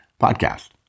podcast